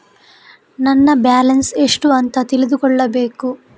ನನ್ನ ಬ್ಯಾಲೆನ್ಸ್ ಎಷ್ಟು ಅಂತ ತಿಳಿದುಕೊಳ್ಳಬೇಕು?